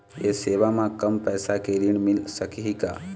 ये सेवा म कम पैसा के ऋण मिल सकही का?